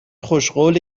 خوشقوله